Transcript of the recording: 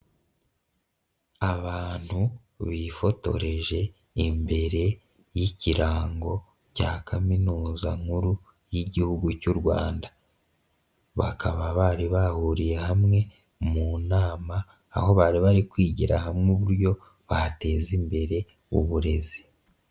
Abantu bifotoreje imbere y'ikirango cya Kaminuza nkuru y'Igihugu cy'u Rwanda, bakaba bari bahuriye hamwe mu nama aho bari bari kwigira hamwe uburyo bateza imbere uburezi.